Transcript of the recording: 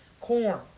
corn